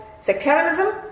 sectarianism